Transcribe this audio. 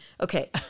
Okay